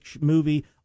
movie